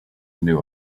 knew